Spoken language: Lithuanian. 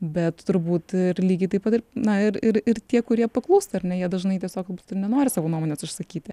bet turbūt ir lygiai taip pat ir na ir ir ir tie kurie paklūsta ar ne jie dažnai tiesiog nenori savo nuomonės išsakyti